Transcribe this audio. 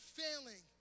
failing